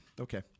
Okay